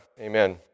Amen